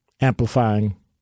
amplifying